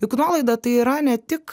juk nuolaida tai yra ne tik